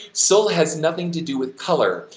soul has nothing to do with color,